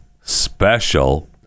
special